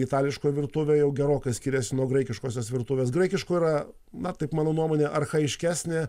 itališka virtuvė jau gerokai skiriasi nuo graikiškosios virtuvės graikiškų yra na taip mano nuomone archajiškesnė